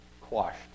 quashed